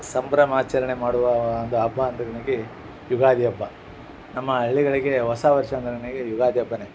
ಸಂಭ್ರಮಾಚರ್ಣೆ ಮಾಡುವ ಒಂದು ಹಬ್ಬ ಅಂದರೆ ನನಗೆ ಯುಗಾದಿ ಹಬ್ಬ ನಮ್ಮ ಹಳ್ಳಿಗಳಿಗೆ ಹೊಸ ವರ್ಷ ಅಂದರೆ ನನಗೆ ಯುಗಾದಿ ಹಬ್ಬ